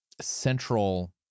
central